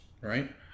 right